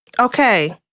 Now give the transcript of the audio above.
Okay